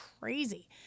crazy